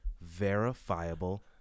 verifiable